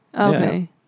Okay